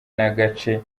n’agace